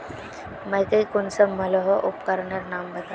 मकई कुंसम मलोहो उपकरनेर नाम बता?